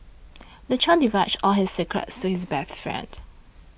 the child divulged all his secrets to his best friend